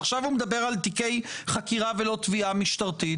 עכשיו הוא מדבר על תיקי חקירה ולא תביעה משטרתית,